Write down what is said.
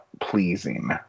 pleasing